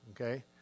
Okay